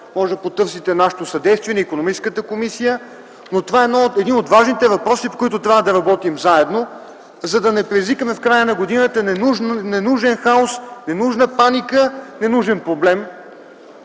Може да потърсите съдействието на Икономическата комисия, но това е един от важните въпроси, по които трябва да работим заедно, за да не предизвикаме в края на годината ненужен хаос, ненужна паника, ненужен проблем